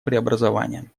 преобразованиям